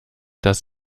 dass